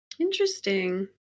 Interesting